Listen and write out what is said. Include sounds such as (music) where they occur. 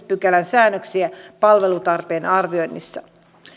(unintelligible) pykälän säännöksiä palvelutarpeen arvioinnissa